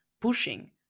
pushing